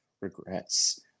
regrets